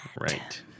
right